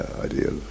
ideal